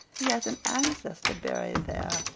he has an ancestor buried there,